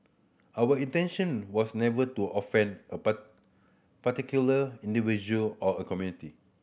our intention was never to offend a part particular individual or a community